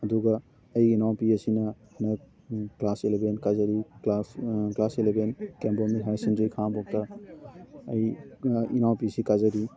ꯑꯗꯨꯒ ꯑꯩꯒꯤ ꯏꯅꯥꯎꯄꯤ ꯑꯁꯤꯅ ꯀ꯭ꯂꯥꯁ ꯑꯦꯂꯕꯦꯟ ꯀꯥꯖꯔꯤ class class eleven K M Blooming Higher Secondary ꯈꯥꯉꯕꯣꯛꯇ ꯑꯩ ꯏꯅꯥꯎꯄꯤꯁꯤ ꯀꯥꯖꯔꯤ